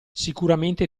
sicuramente